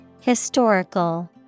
Historical